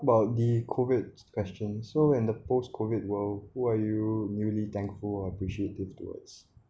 about the COVID question so in the post COVID world who are you newly thankful or appreciative towards